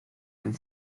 and